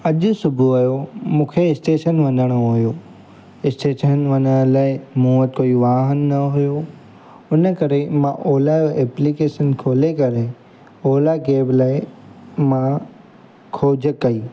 अॼु सुबुह जो मूंखे इस्टेशन वञिणो हुओ इस्टेशन वञण लाइ मूं वटि कोई वाहन न हुओ इनकरे मां ओला जो एप्लीकेशन खोले करे ओला कैब लाइ मां खोज कई